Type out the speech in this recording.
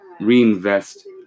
reinvest